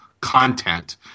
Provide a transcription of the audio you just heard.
content